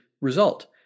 result